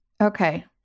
Okay